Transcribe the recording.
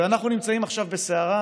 אנחנו נמצאים עכשיו בסערה,